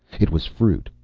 it was fruit,